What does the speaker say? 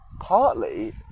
partly